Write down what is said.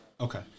Okay